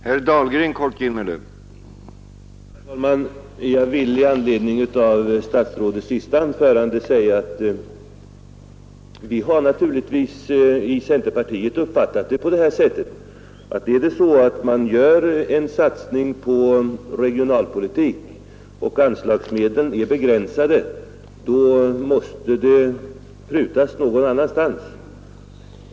Herr talman! Jag vill i anledning av herr statsrådets senaste anförande säga att vi i centerpartiet naturligtvis har uppfattat det så, att om man gör en satsning på regionalpolitik och ökat vägbyggande inom den sektorn och anslagsmedlen är begränsade, måste man pruta någon annanstans.